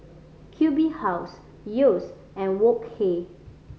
Q B House Yeo's and Wok Hey